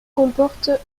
comportent